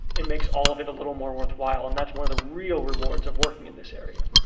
it makes all of it a little more worthwhile, and that's one of the real rewards of working in this area.